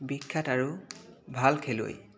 বিখ্যাত আৰু ভাল খেলুৱৈ